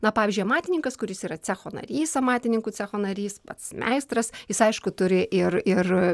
na pavyzdžiui amatininkas kuris yra cecho narys amatininkų cecho narys pats meistras jis aišku turi ir ir